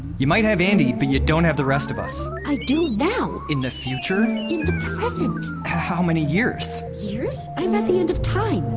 you might have andi, but you don't have the rest of us i do now! in the future. in the present how many years? years? i'm at the end of time.